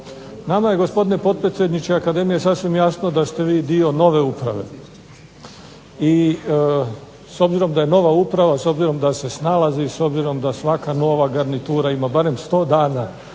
Nama, je gospodine potpredsjedniče Akademije sasvim jasno da ste vi dio nove uprave, s obzirom da je nova uprava, s obzirom da se snalazi, s obzirom da svaka nova garnitura ima barem 100 dana